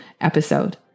episode